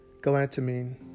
galantamine